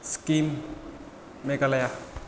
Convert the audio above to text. Sikkim Meghalaya